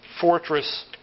fortress